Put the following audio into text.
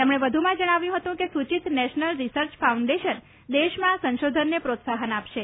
તેમણે વધુમાં જણાવ્યુંં હતુ કે સૂચિત નેશનલ રિસર્ચ ફાઉન્ડેશન દેશમાં સંશોધનને પ્રોત્સાહન આપશે